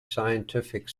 scientific